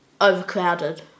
overcrowded